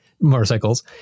motorcycles